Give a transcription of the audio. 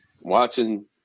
watching